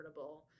affordable